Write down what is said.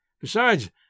Besides